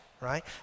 right